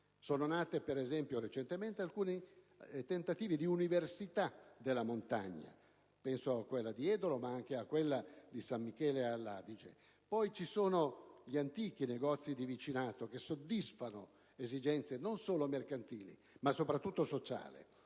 Sono nate recentemente, per esempio, alcuni tentativi di università della montagna: penso a quella di Edro, ma anche a quella di San Michele all'Adige. Poi ci sono gli antichi negozi di vicinato, che soddisfano esigenze non solo mercantili, ma soprattutto sociali.